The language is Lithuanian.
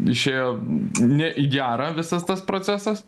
išėjo ne į gerą visas tas procesas